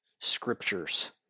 scriptures